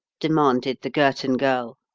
demanded the girton girl.